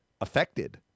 affected